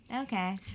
Okay